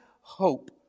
hope